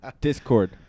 discord